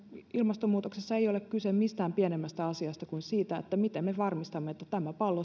ilmastonmuutoksessa ei ole kyse mistään pienemmästä asiasta kuin siitä miten me varmistamme että tämä pallo